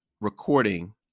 recording